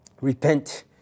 Repent